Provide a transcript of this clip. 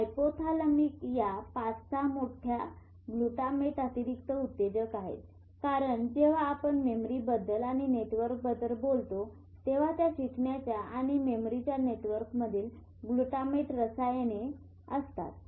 hypothalamic या ५ ६ मोठ्या glutamate अतिरिक्त उत्तेजक आहेत कारण जेव्हा आपण मेमरीबद्दल आणि नेटवर्कबद्दल बोलतो तेव्हा त्या शिकण्याच्या आणि मेमरीच्या नेटवर्कमधील ग्लूटामेट रसायने असतात